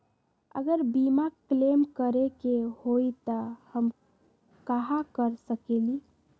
अगर बीमा क्लेम करे के होई त हम कहा कर सकेली?